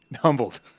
humbled